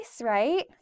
right